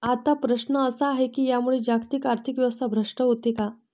आता प्रश्न असा आहे की यामुळे जागतिक आर्थिक व्यवस्था भ्रष्ट होते का?